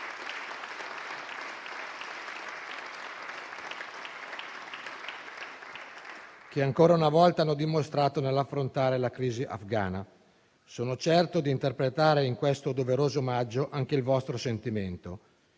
che ancora una volta hanno dimostrato nell'affrontare la crisi afghana. Sono certo di interpretare in questo doveroso omaggio anche il vostro sentimento.